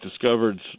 discovered